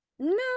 No